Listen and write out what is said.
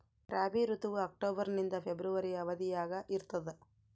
ರಾಬಿ ಋತುವು ಅಕ್ಟೋಬರ್ ನಿಂದ ಫೆಬ್ರವರಿ ಅವಧಿಯಾಗ ಇರ್ತದ